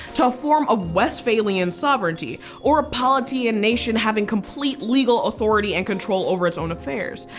to a form of westphalian sovereignty or a polity and nation having complete legal authority and control over its own affairs.